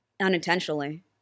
Unintentionally